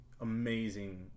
amazing